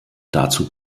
dazu